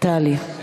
תעלי.